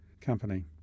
company